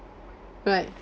right